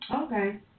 Okay